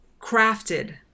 crafted